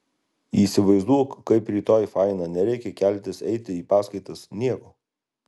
įsivaizduok kaip rytoj faina nereikia keltis eiti į paskaitas nieko